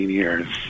years